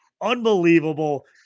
Unbelievable